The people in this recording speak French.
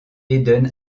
eden